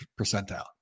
percentile